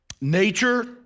nature